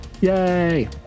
Yay